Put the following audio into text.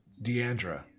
Deandra